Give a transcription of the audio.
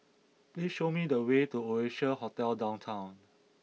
please show me the way to Oasia Hotel Downtown